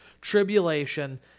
tribulation